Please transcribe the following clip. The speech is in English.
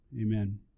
amen